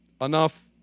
Enough